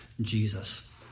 Jesus